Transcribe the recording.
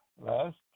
Last